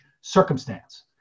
circumstance